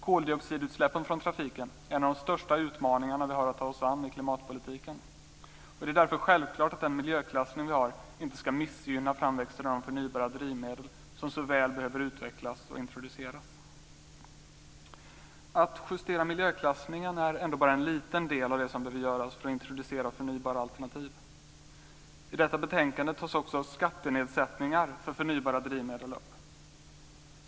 Koldioxidutsläppen från trafiken är en av de största utmaningarna vi har att ta oss an i klimatpolitiken. Det är därför självklart att den miljöklassning som vi har inte ska missgynna framväxten av de förnybara drivmedel som så väl behöver utvecklas och introduceras. Att justera miljöklassningen är ändå bara en liten del av det som behöver göras för att introducera förnybara alternativ. I betänkandet tas också skattenedsättningar för förnybara drivmedel upp.